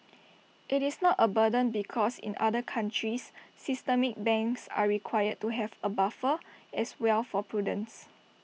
IT is not A burden because in other countries systemic banks are required to have A buffer as well for prudence